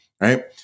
right